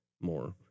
more